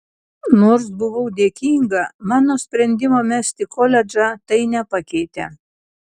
nors buvau dėkinga mano sprendimo mesti koledžą tai nepakeitė